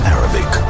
Arabic